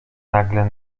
nagle